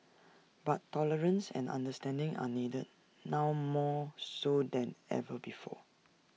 but tolerance and understanding are needed now more so than ever before